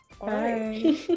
Bye